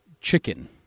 chicken